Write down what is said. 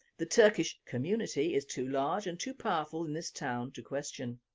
the turkish community is too large and too powerful in this town to question.